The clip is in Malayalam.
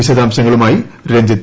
വിശദാംശങ്ങളുമായി രഞ്ജിത്ത്